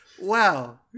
Wow